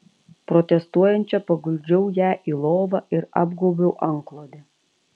protestuojančią paguldžiau ją į lovą ir apgaubiau antklode